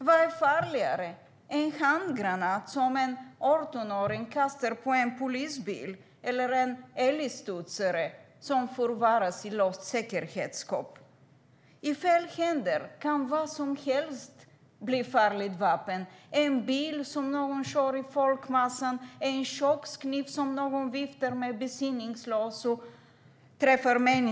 Vad är farligast - en handgranat som en 18-åring kastar mot en polisbil eller en älgstudsare som är inlåst i säkerhetsskåp? I fel händer kan vad som helst bli ett farligt vapen. En bil som någon kör in i en folkmassa, en kökskniv som någon viftar besinningslöst med kan bli ett farligt vapen.